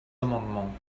amendements